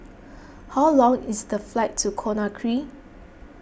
how long is the flight to Conakry